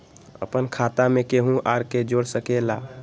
अपन खाता मे केहु आर के जोड़ सके ला?